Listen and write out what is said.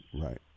Right